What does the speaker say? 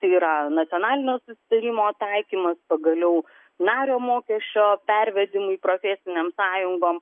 tai yra nacionalinio susitarimo taikymas pagaliau nario mokesčio pervedimui profesinėms sąjungom